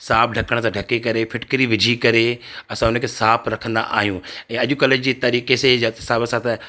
साफ ढकण सां ढके करे फिटकिरी विझी करे असां उनखे साफ रखंदा आहियूं ऐं अॼुकल्हि जे तरीक़े से हिसाब सां त